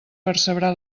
percebrà